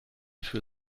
für